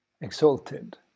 exalted